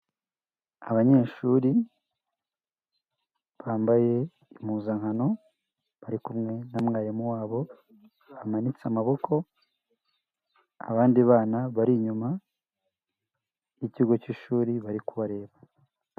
Abanyeshuri, bambaye impuzankano, bari kumwe na mwarimu wabo, bamanitse amaboko, abandi bana bari inyuma y'ikigo cy'ishuri bari kubareba.